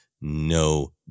no